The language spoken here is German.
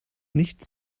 nicht